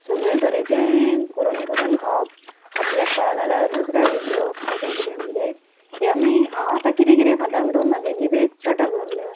सगळे तरेचें करून करून खावप आपल्याक कळना जाल्यार दुसऱ्याक विचरप कशें कितें म्हणजे हें मेन हांव आतां कितें कितें खाता म्हणोन म्हाका जिबेक चटक लागल्या